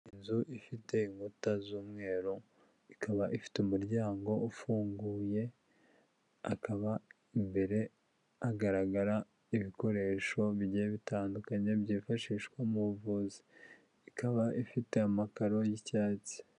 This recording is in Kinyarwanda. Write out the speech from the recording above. Inzu ifite inkuta z'umweru, ikaba ifite umuryango ufunguye akaba imbere hagaragara ibikoresho bigiye bitandukanye byifashishwa mu buvuzi, ikaba ifite amakaro y'icyatsi.